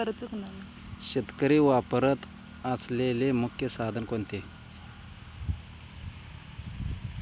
शेतकरी वापरत असलेले मुख्य साधन कोणते?